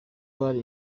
bari